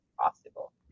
possible